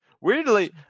Weirdly